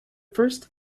first